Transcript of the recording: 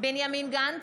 בנימין גנץ,